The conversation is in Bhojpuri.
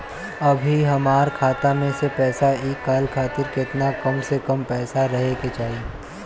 अभीहमरा खाता मे से पैसा इ कॉल खातिर केतना कम से कम पैसा रहे के चाही?